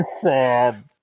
sad